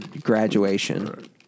graduation